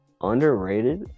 Underrated